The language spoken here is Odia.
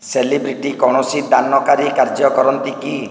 ସେଲିବ୍ରିଟି କୌଣସି ଦାନକାରୀ କାର୍ଯ୍ୟ କରନ୍ତି କି